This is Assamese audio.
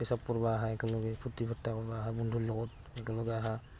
প্ৰস্ৰাৱ কৰবা আহা একেলগে ফুৰ্ত্তি ফাৰ্তা কৰব আহা বন্ধুৰ লগত একেলগে আহা